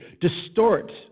distort